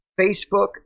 Facebook